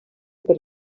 per